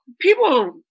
people